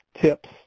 tips